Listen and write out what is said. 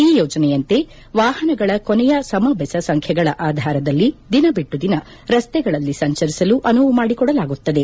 ಈ ಯೋಜನೆಯಂತೆ ವಾಹನಗಳ ಕೊನೆಯ ಸಮ ಬೆಸ ಸಂಖ್ಲೆಗಳ ಆಧಾರದಲ್ಲಿ ದಿನ ಬಿಟ್ಲು ದಿನ ರಸ್ತೆಗಳಲ್ಲಿ ಸಂಚರಿಸಲು ಅನುವು ಮಾಡಿಕೊಡಲಾಗುತ್ತದೆ